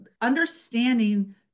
understanding